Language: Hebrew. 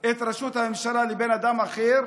את ראשות הממשלה לבן אדם אחר.